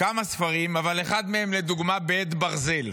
כמה ספרים, אבל אחד מהם לדוגמה הוא "בעט ברזל".